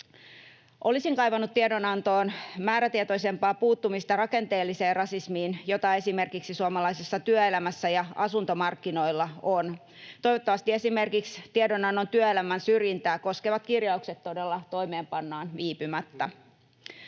Olisin kaivannut tiedonantoon määrätietoisempaa puuttumista rakenteelliseen rasismiin, jota esimerkiksi suomalaisessa työelämässä ja asuntomarkkinoilla on. Toivottavasti esimerkiksi tiedonannon työelämän syrjintää koskevat kirjaukset todella toimeenpannaan viipymättä.